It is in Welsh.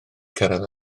cyrraedd